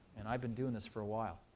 and i've been doing this for a while.